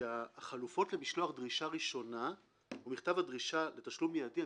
שהחלופות למשלוח דרישה ראשונה הוא מכתב הדרישה לתשלום מידי,